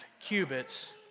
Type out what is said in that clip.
cubits